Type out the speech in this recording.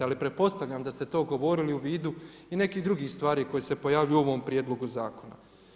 Ali pretpostavljam da ste to govorili uvidu i nekih drugih stvari koje se pojavljuju u ovom prijedlogu zakona.